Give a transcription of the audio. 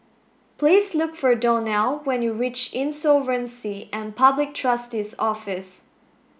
please look for Donnell when you reach Insolvency and Public Trustee's Office